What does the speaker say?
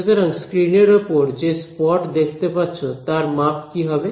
সুতরাং স্ক্রিনের উপর যে স্পট দেখতে পাচ্ছ তার মাপ কি হবে